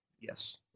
Yes